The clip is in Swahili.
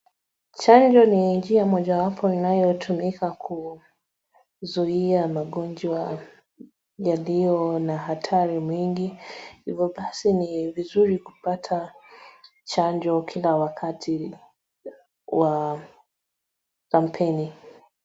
Chanjo ni njia moja wapo inayotumika kuzuia magonjwa yaliyo na hatari mwingi, hivyo basi ni vizuri kupata chanjo kila wakati wa kampeni.